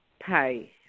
pay